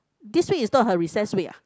this week is not her recess week ah